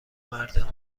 مردا